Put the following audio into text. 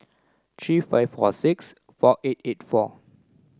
three five four six four eight eight four